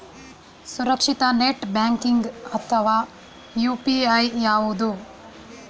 ಸುರಕ್ಷಿತ net banking ಅಥವಾ UPI ಯಾವುದು?